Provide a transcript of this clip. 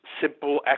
simple